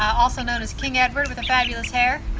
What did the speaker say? also known as king edward with the fabulous hair.